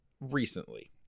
recently